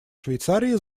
швейцарии